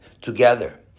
together